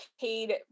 paid